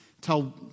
Tell